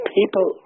people